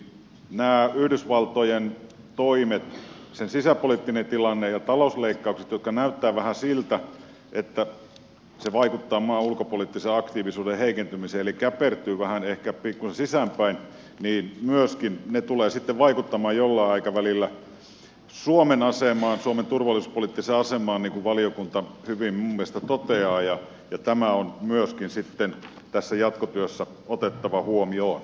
nämä yhdysvaltojen toimet sen sisäpoliittinen tilanne ja talousleikkaukset jotka näyttävät vähän vaikuttavan maan ulkopoliittisen aktiivisuuden heikentymiseen eli maa käpertyy vähän ehkä pikkusen sisäänpäin tulevat myöskin sitten vaikuttamaan jollain aikavälillä suomen turvallisuuspoliittiseen asemaan niin kuin valiokunta minun mielestäni hyvin toteaa ja tämä on myöskin tässä jatkotyössä otettava huomioon